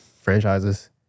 franchises